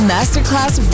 Masterclass